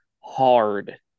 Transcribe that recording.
hard